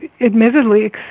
admittedly